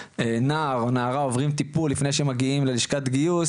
נער או נערה עוברים טיפול לפני שהם מגיעים ללשכת גיוס